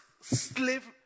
slave